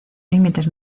límites